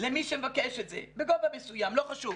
למי שמבקש את זה, בגובה מסוים, לא חשוב,